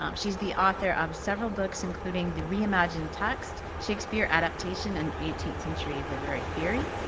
um she's the author of several books including the reimagined text, shakespeare adaptation, an eighteenth century literary theory,